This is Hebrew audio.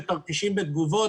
בתרחישים ותגובות,